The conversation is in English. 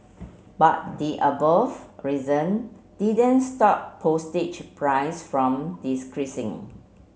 but the above reason didn't stop postage price from